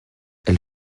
elle